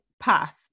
path